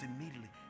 immediately